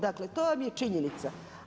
Dakle, to vam je činjenica.